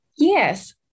Yes